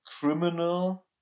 criminal